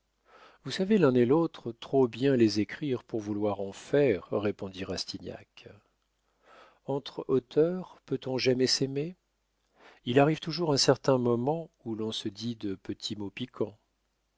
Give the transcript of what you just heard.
vous savez l'un et l'autre trop bien les écrire pour vouloir en faire répondit rastignac entre auteurs peut-on jamais s'aimer il arrive toujours un certain moment où l'on se dit de petits